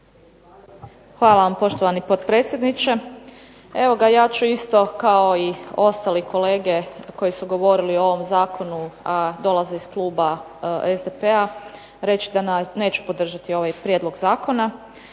Hvala vam poštovani potpredsjedniče. Evo ga ja ću isto kao i ostali kolege koji su govorili o ovom zakonu, a dolaze iz kluba SDP-a reći da neću podržati ovaj prijedlog zakona